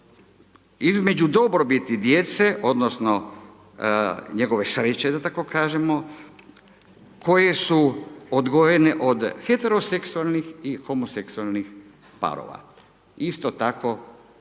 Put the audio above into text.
između dobrobiti djece odnosno njegove sreće da tako kažemo koje su odgojene od heteroseksualnih i homoseksualnih parova, isto tako